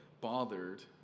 bothered